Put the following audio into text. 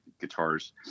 guitars